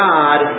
God